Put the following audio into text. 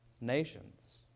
nations